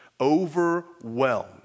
overwhelmed